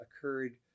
occurred